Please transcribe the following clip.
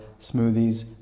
smoothies